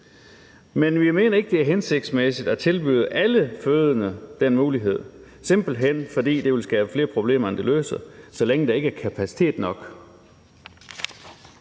Men vi mener ikke, det er hensigtsmæssigt at tilbyde alle fødende den mulighed – simpelt hen fordi det vil skabe flere problemer, end det løser, så længe der ikke er kapacitet nok.